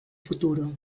futuro